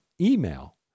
email